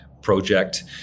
Project